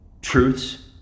Truths